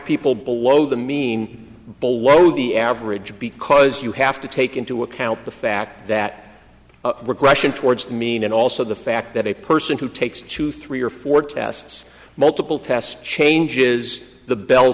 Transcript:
people below the mean below the average because you have to take into account the fact that we're question towards the mean and also the fact that a person who takes two three or four tests multiple tests change is the bell